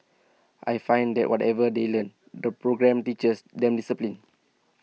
I find that whatever they learn the programme teaches them discipline